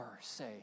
say